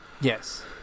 Yes